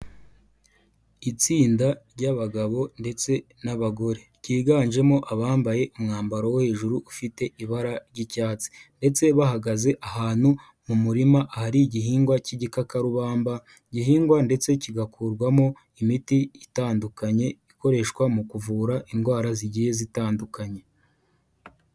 Itsinda ry'abagabo ndetse n'abagore ryiganjemo abambaye umwambaro wo hejuru ufite ibara ry'icyatsi ndetse bahagaze ahantu mu murima hari igihingwa cy'igikakarubamba gihingwa ndetse kigakurwamo imiti itandukanye, ikoreshwa mu kuvura indwara zigiye zitandukanye.